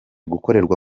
gukorerwa